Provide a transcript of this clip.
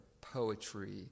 poetry